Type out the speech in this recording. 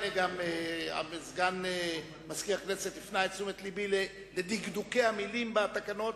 גם סגן מזכיר הכנסת הפנה את תשומת לבי לדקדוקי המלים בתקנות.